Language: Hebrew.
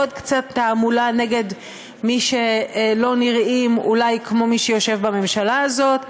עוד קצת תעמולה נגד מי שלא נראים אולי כמו מי שיושב בממשלה הזאת.